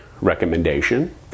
recommendation